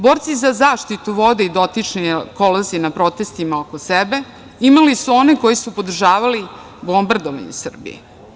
Borci za zaštitu vode i dotični ekolozi na protestima oko sebe imali su one koji su podržavali bombardovanje Srbije.